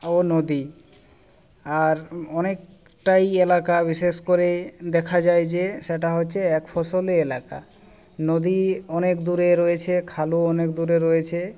ও নদী আর অনেকটাই এলাকা বিশেষ করে দেখা যায় যে সেটা হচ্ছে এক ফসলি এলাকা নদী অনেক দূরে রয়েছে খালও অনেক দূরে রয়েছে